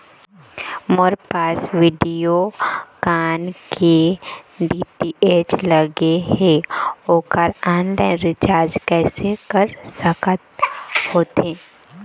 मोर पास वीडियोकॉन के डी.टी.एच लगे हे, ओकर ऑनलाइन रिचार्ज कैसे कर सकत होथे?